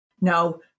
Now